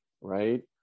Right